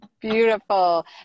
Beautiful